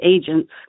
agents